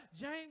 James